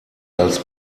als